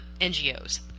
NGOs